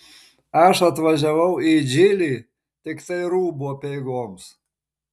aš atvažiavau į džilį tiktai rūbų apeigoms